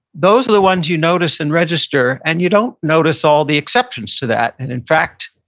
those are the ones you notice and register, and you don't notice all the exceptions to that. and in fact,